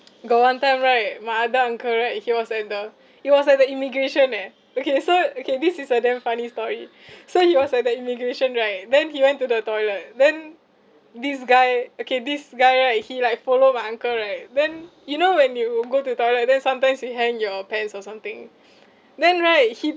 got one time right my other uncle right he was at the he was at the immigration eh okay so okay this is a damn funny story so he was at the immigration right then he went to the toilet then this guy okay this guy right he like follow my uncle right then you know when you go to the toilet then sometimes you hang your pants or something then right he